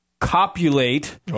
copulate